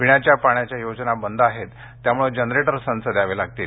पिण्याच्या पाण्याच्या योजना बंद आहेत त्यामुळे जनरेटर संच द्यावे लागतील